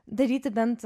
daryti bent